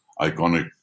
iconic